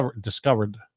discovered